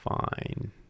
fine